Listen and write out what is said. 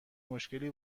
مشکلی